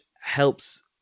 helps